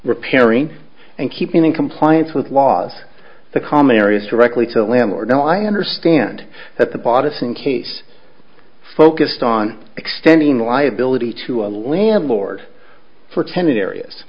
repairing and keeping in compliance with laws the common areas directly to the land or no i understand that the potus in case focused on extending the liability to a landlord for tenant areas